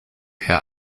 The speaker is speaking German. herr